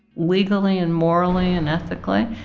legally and morally and ethically.